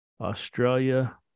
Australia